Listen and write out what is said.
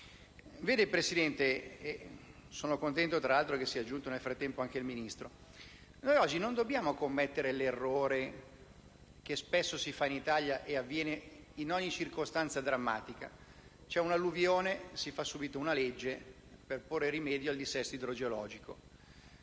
Signor Presidente (sono contento, tra l'altro, che nel frattempo sia giunto anche il Ministro), noi oggi non dobbiamo commettere l'errore che spesso si fa in Italia e che avviene in occasione di ogni circostanza drammatica: c'è un'alluvione e si fa subito una legge per porre rimedio al dissesto idrogeologico;